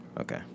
Okay